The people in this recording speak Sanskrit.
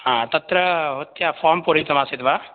तत्र भवत्या फ़ार्म् पूरितमासीत् वा